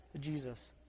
Jesus